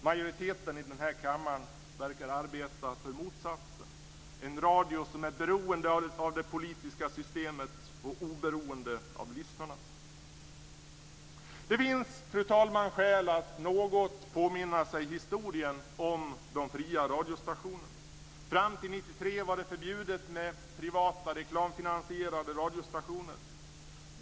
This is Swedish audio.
Majoriteten i den här kammaren verkar arbeta för motsatsen: en radio som är beroende av det politiska systemet och oberoende av lyssnarna. Det finns, fru talman, skäl att något påminna sig historien om de fria radiostationerna. Fram till 1993 var det förbjudet med privata, reklamfinansierade radiostationer.